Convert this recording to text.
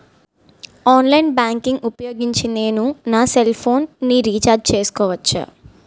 Online banking ఊపోయోగించి నేను నా సెల్ ఫోను ని రీఛార్జ్ చేసుకోవచ్చా?